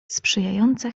sprzyjająca